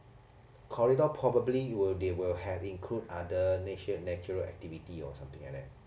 corridor probably it will they will have include other nature natural activity or something like that